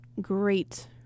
great